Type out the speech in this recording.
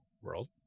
world